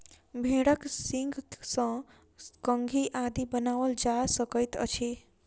भेंड़क सींगसँ कंघी आदि बनाओल जा सकैत अछि